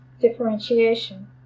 differentiation